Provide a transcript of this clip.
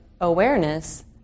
awareness